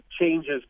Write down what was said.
changes